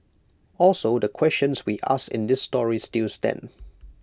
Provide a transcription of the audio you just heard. also the questions we asked in this story still stand